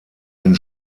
den